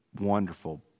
wonderful